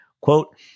Quote